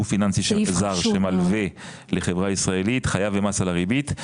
גוף פיננסי זר שמלווה לחברה ישראלית חייב במס על הריבית.